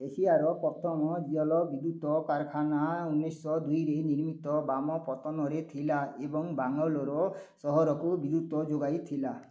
ଏସିଆର ପ୍ରଥମ ଜଳୁ ବିଦ୍ୟୁତ୍ କାରଖାନା ଉଣେଇଶଶହ ଦୁଇରେ ନିର୍ମିତ ବାମ ପତନରେ ଥିଲା ଏବଂ ବାଙ୍ଗାଲୋର ସହରକୁ ବିଦ୍ୟୁତ୍ ଯୋଗାଇଥିଲା